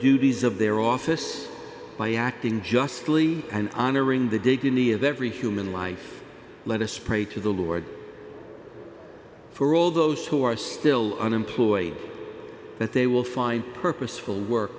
duties of their office by acting justly and honoring the dignity of every human life let us pray to the lord for all those who are still unemployed that they will find purposeful work